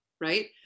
right